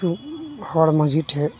ᱟᱹᱛᱩ ᱦᱚᱲ ᱢᱟᱹᱡᱷᱤ ᱴᱷᱮᱱ